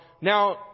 now